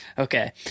Okay